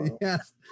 Yes